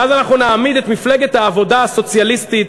ואז אנחנו נעמיד את מפלגת העבודה הסוציאליסטית